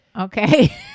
Okay